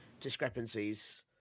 discrepancies